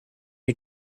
you